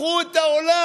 הפכו את העולם,